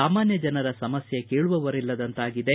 ಸಾಮಾನ್ಯ ಜನರ ಸಮಸ್ಯೆ ಕೇಳುವವರಿಲ್ಲದಂತಾಗಿದೆ